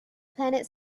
planet